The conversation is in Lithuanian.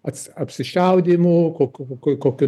ats apsišaudymo kokiu kokių